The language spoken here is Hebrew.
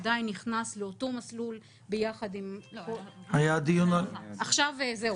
עדיין נכנס לאותו מסלול ביחד עם כל --- היה דיון --- עכשיו זהו,